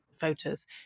voters